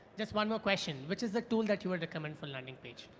just one more question. which is the tool that you would recommend for landing page?